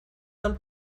del